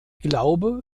glaube